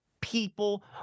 people